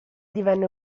divenne